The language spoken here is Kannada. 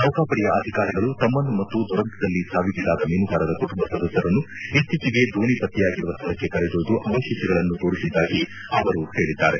ನೌಕಾಪಡೆಯ ಅಧಿಕಾರಿಗಳು ತಮ್ಮನ್ನು ಮತ್ತು ದುರಂತದಲ್ಲಿ ಸಾವಿಗೀಡಾದ ಮೀನುಗಾರರ ಕುಟುಂಬ ಸದಸ್ಯರನ್ನು ಇತ್ತೀಚೆಗೆ ದೋಣಿ ಪತ್ತೆಯಾಗಿರುವ ಸ್ಥಳಕ್ಕೆ ಕರೆದೊಯ್ದು ಅವಶೇಷಗಳನ್ನು ತೋರಿಸಿದ್ದಾಗಿ ಅವರು ಹೇಳಿದ್ದಾರೆ